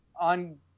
on